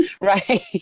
Right